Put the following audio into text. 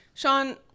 Sean